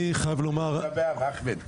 אני חייב לומר --- אחמד,